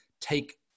take